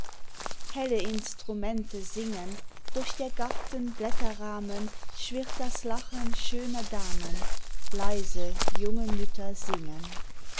helle instrumente singen durch der garten blätterrahmen schwirrt das lachen schöner damen leise junge mütter singen